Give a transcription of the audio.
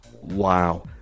wow